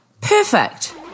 perfect